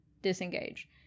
disengage